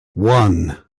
one